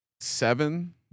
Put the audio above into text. seven